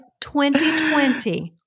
2020